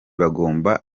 bagomba